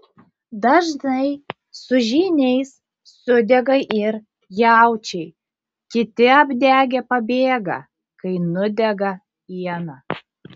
dažnai su žyniais sudega ir jaučiai kiti apdegę pabėga kai nudega iena